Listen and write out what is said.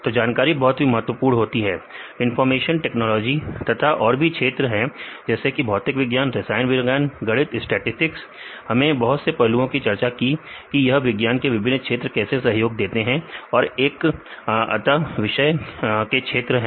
तो जानकारी बहुत ही महत्वपूर्ण होती है इनफार्मेशन टेक्नोलॉजी तथा और भी क्षेत्र जैसे भौतिक विज्ञान रसायन विज्ञान गणित स्टैटिसटिक्स हमने बहुत से पहलुओं की चर्चा की कि यह विज्ञान के विभिन्न क्षेत्र कैसे सहयोग देते हैं एक अंतः विषय के क्षेत्र में